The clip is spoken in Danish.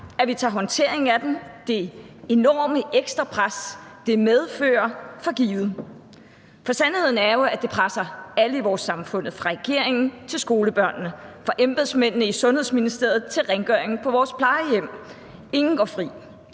at vi tager håndteringen af den og det enorme ekstra pres, som den medfører, for givet. For sandheden er jo, at det presser alle i vores samfund, fra regeringen til skolebørnene, fra embedsmændene i Sundhedsministeriet til rengøringspersonalet på vores plejehjem; ingen går fri.